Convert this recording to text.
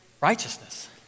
Righteousness